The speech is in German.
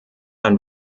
ein